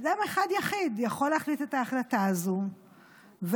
אדם אחד יחיד יכול להחליט את ההחלטה הזו ויציל